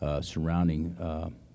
surrounding